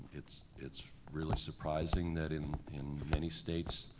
it's it's really surprising that in in many states,